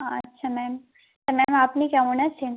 আচ্ছা ma'am ma'am আপনি কেমন আছেন